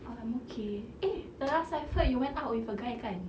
ah I'm okay eh the last I've heard you went out with a guy kan